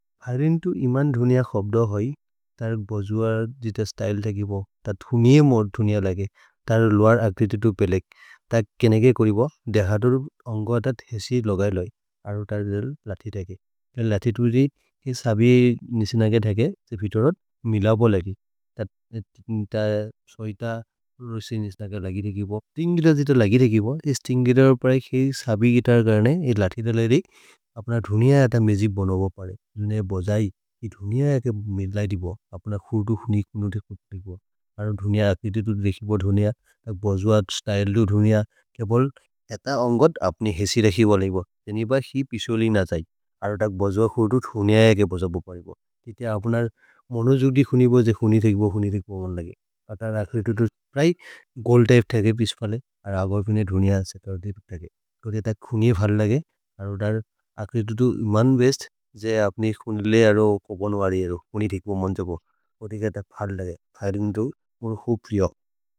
अरिन्दु इमन् दुनिअ खोब्द होइ तर् भोजुअ जित स्त्य्ले त गिबो, तत् हुमिये मोद् दुनिअ लगे। तर् लुअर् अक्रिति तु पेलेक्, तर् केनेगे कोरिबोह्, देहदुर् अन्ग अतत् हेस्सि लोग एलोइ। अतोतर् दिल् लथे तघे। गल् लथे तु रि, हि सबि निसि नगे तघे, सि फितोरोत्, मिल बो लगि। तत् नित सोइत रुसि निसि नगे लगि ते गिबो। तिन्ग्गिर जित लगि ते गिबो, हि स्तिन्ग्गिर प्रै हि सबि गितर् कर्ने। हि लथे ते लगि रि, अप्न दुनिअ अत मेजि बोनोबो परे। दुनिअ बोजै हि दुनिअ एक् मेज्लैदि बो, अप्न खोतु हुनि कोनु ते खोतु ते गिबो। अतोत् दुनिअ अक्रिति तु लेहि बो दुनिअ, तक् भोजुअ स्त्य्ले तु दुनिअ, तिअ बोल्। अतत् अन्ग अतत् हेस्सि रहि बोलि बो, तेनेब हि पिसोलि नगे तघे। अतोतक् भोजुअ खोतु हुनिअ एक् बोजबोबो परे बो। तिते अप्न मोनो जुक्दि हुनि बोजे हुनि ते गिबो हुनि ते कबो मन् लगि। अतोतर् अक्रिति तु प्रै गोल् त्य्पे तघे पिस्फले, अतोतर् अग फुने दुनिअ सेतोर् देपे तघे। तोरे अतत् हुनिअ फर् लगे, अतोतर् अक्रिति तु इमन् वेस्त्। जय अप्ने खुनु लेहि रो को बोनु हरि रो। हुनि ते कबो मन्जोबो, अतोतर् अग फर् लगे, फरिन्ग् दु मुरु होप्रिय।